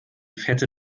fette